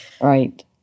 right